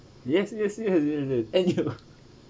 yes yes yes and you